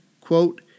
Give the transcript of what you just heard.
quote